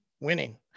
winning